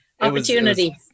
opportunity